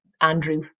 Andrew